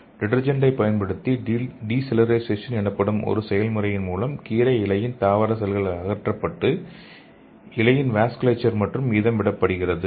டிடர்ஜென்டை பயன்படுத்தி decellularization எனப்படும் ஒரு செயல்முறையின் மூலம் கீரை இலையின் தாவர செல்கள் அகற்றப்பட்டு இலையின் வாஸ்குலேச்சர் மட்டும் மீதம் விடப்படுகிறது